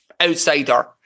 outsider